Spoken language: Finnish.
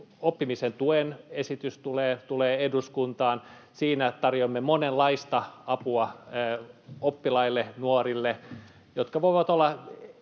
Oppimisen tuen esitys tulee eduskuntaan, ja siinä tarjoamme monenlaista apua oppilaille, nuorille, jotka voivat olla